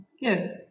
yes